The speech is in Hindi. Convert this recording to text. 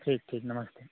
ठीक ठीक नमस्ते